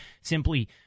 simply